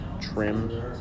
trim